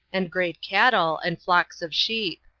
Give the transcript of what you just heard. and great cattle, and flocks of sheep.